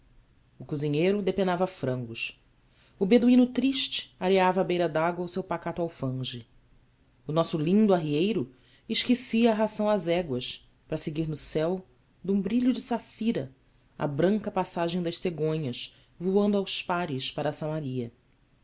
o cozinheiro depenava frangos o beduíno triste arcava à beira da água o seu pacato alfanje o nosso lindo arrieiro esquecia a ração às éguas para seguir no céu de um brilho de safira a branca passagem das cegonhas voando aos pares para samaria